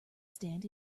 stand